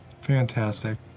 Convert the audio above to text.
fantastic